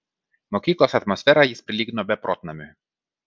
mokyklos atmosferą jis prilygino beprotnamiui